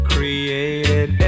Created